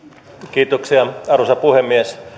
kiitoksia arvoisa puhemies